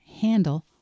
handle